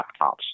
laptops